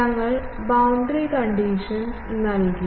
ഞങ്ങൾ boundary condition നൽകി